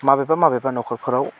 माबेबा माबेबा नखरफोराव